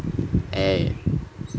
eh